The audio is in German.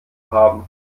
haben